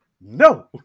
No